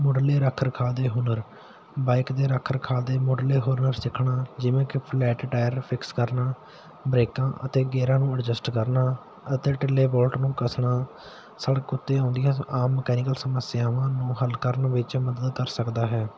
ਮੁੱਢਲੇ ਰੱਖ ਰਖਾਵ ਦੇ ਹੁਨਰ ਬਾਈਕ ਦੇ ਰੱਖ ਰਖਾਵ ਦੇ ਮੁੱਢਲੇ ਹੁਨਰ ਸਿੱਖਣਾ ਜਿਵੇਂ ਕਿ ਫਲੈਟ ਟਾਇਰ ਫਿਕਸ ਕਰਨਾ ਬਰੇਕਾਂ ਅਤੇ ਗੇਅਰਾਂ ਨੂੰ ਐਡਜਸਟ ਕਰਨਾ ਅਤੇ ਢਿੱਲੇ ਬੋਲਟ ਨੂੰ ਕਸਣਾ ਸੜਕ ਉੱਤੇ ਆਉਂਦੀਆਂ ਆਮ ਮਕੈਨੀਕਲ ਸਮੱਸਿਆਵਾਂ ਨੂੰ ਹੱਲ ਕਰਨ ਵਿੱਚ ਮਦਦ ਕਰ ਸਕਦਾ ਹੈ